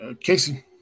Casey